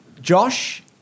Josh